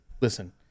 Listen